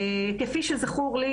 כפי שזכור לי,